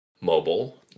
mobile